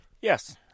Yes